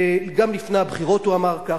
גם לפני הבחירות הוא אמר כך,